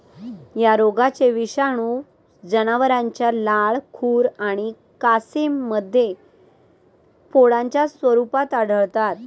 या रोगाचे विषाणू जनावरांच्या लाळ, खुर आणि कासेमध्ये फोडांच्या स्वरूपात आढळतात